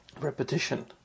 repetition